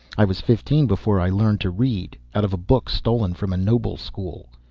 i was fifteen before i learned to read out of a book stolen from a noble school.